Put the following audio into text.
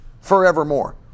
forevermore